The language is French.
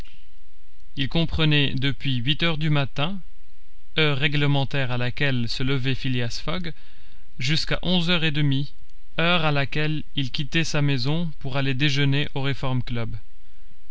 il comprenait depuis huit heures du matin heure réglementaire à laquelle se levait phileas fogg jusqu'à onze heures et demie heure à laquelle il quittait sa maison pour aller déjeuner au reform club